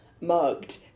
mugged